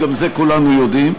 גם זה כולנו יודעים,